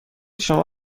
شما